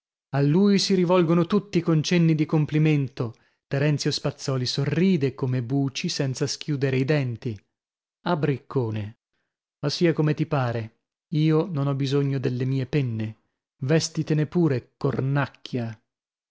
a lui si rivolgono tutti con cenni di complimento terenzio spazzòli sorride come buci senza schiudere i denti ah briccone ma sia come ti pare io non ho bisogno delle mie penne vèstitene pure cornacchia